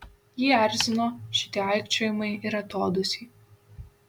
jį erzino šitie aikčiojimai ir atodūsiai